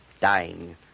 dying